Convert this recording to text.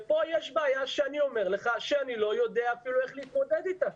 כאן יש בעיה שאני אומר לך שאני לא יודע אפילו איך להתמודד אתה.